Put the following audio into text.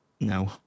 No